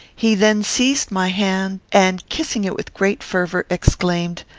he then seized my hand, and, kissing it with great fervour, exclaimed,